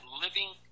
living